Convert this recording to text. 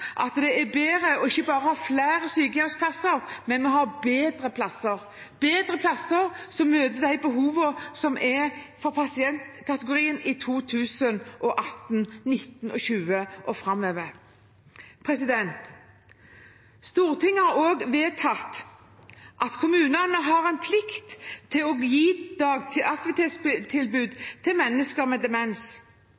at det er bra ikke bare å ha flere sykehjemsplasser, men å ha bedre plasser – bedre plasser som møter behovene for pasientkategorien i 2018, 2019, 2020 og framover. Stortinget har også vedtatt at kommunene har plikt til å gi